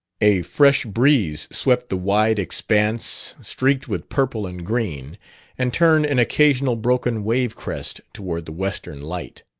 a fresh breeze swept the wide expanse streaked with purple and green and turned an occasional broken wave-crest toward the western light.